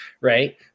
right